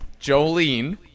Jolene